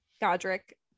Godric